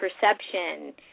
perception